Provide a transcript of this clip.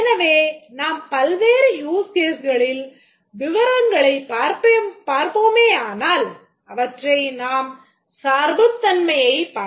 எனவே நாம் பல்வேறு யூஸ் கேஸ்களில் விவரங்களைப் பார்ப்போமேயானால் அவற்றில் நாம் சார்புத் தன்மையைப் பார்க்கலாம்